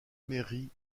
mairie